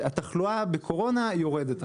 שהתחלואה בקורונה יורדת,